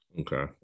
Okay